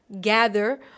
gather